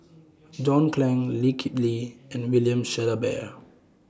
John Clang Lee Kip Lee and William Shellabear